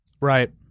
Right